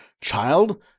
child